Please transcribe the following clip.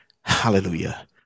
Hallelujah